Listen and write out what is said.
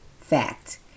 Fact